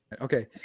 Okay